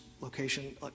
location